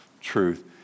truth